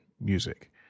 music